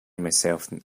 myself